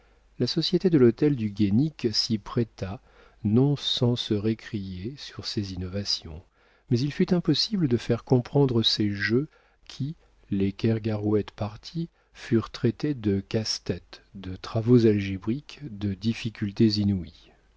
la société de l'hôtel du guénic s'y prêta non sans se récrier sur ces innovations mais il fut impossible de faire comprendre ces jeux qui les kergarouët partis furent traités de casse têtes de travaux algébriques de difficultés inouïes